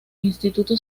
instituto